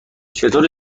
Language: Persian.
چطور